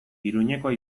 iruñekoa